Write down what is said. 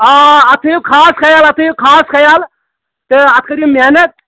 آ اَتھ تھٲیِو خاص خیال اَتھ تھٲیِو خاص خیال تہٕ اَتھ کٔرِو محنت